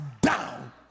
down